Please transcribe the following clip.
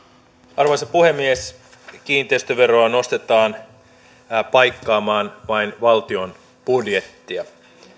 arvoisa puhemies kiinteistöveroa nostetaan paikkaamaan vain valtion budjettia